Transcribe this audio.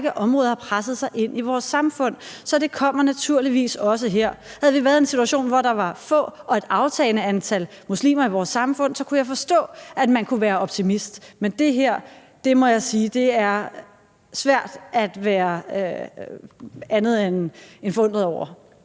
række områder har presset sig ind i vores samfund. Så det kommer naturligvis også her. Havde vi været i en situation, hvor der var få og et aftagende antal muslimer i vores samfund, kunne jeg forstå, at man kunne være optimist. Men det her, må jeg sige, er svært at være andet end forundret over.